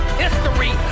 history